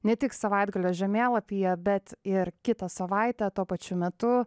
ne tik savaitgalio žemėlapyje bet ir kitą savaitę tuo pačiu metu